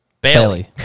Bailey